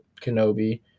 kenobi